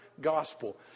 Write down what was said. gospel